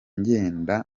ngenda